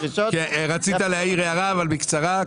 רצית להעיר הערה, אבל בקצרה.